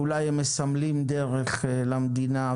אולי הם מסמלים דרך למדינה,